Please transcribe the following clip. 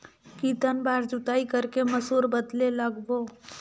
कितन बार जोताई कर के मसूर बदले लगाबो?